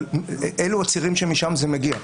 אבל אלו הצירים שמשם זה מגיע.